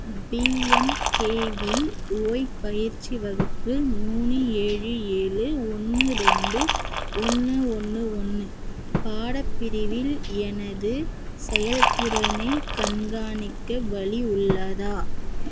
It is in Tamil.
பிஎம்கேவிஓய் பயிற்சி வகுப்பு மூணு ஏழு ஏழு ஒன்று ரெண்டு ஒன்று ஒன்று ஒன்று பாடப் பிரிவில் எனது செயல்திறனைக் கண்காணிக்க வழி உள்ளதா